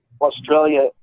Australia